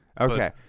Okay